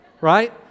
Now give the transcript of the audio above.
right